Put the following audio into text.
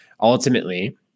Ultimately